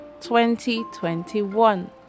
2021